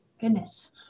goodness